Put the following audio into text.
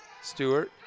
Stewart